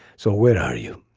so where are you.